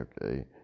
okay